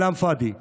כלאם פאדי.